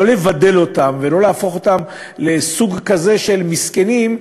לא לבדל אותם ולא להפוך אותם לסוג כזה של מסכנים,